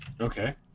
Okay